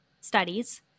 studies